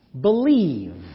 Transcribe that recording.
Believe